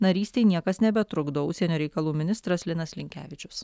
narystei niekas nebetrukdo užsienio reikalų ministras linas linkevičius